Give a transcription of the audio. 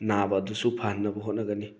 ꯅꯥꯕ ꯑꯗꯨꯁꯨ ꯐꯍꯟꯅꯕ ꯍꯣꯠꯅꯒꯅꯤ